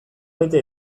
bete